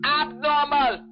abnormal